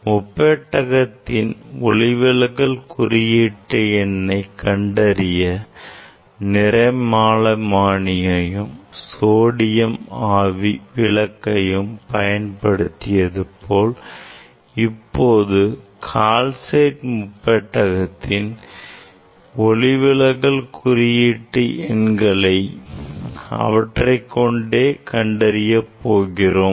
முப்பெட்டகத்தின் ஒளிவிலகல் குறியீட்டு எண்ணை கண்டறிய நிறமாலைமானியையும் சோடிய ஆவி ஒளிவிளக்கை பயன்படுத்தியது போல இப்போதும் கால்சைட் முப்பெட்டகத்தின் ஒளிவிலகல் குறியீட்டு எண்களை அவற்றை கொண்டே கண்டறிய போகிறோம்